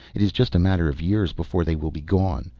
it is just a matter of years before they will be gone.